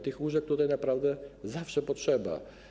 Tych łóżek tutaj naprawdę zawsze potrzeba.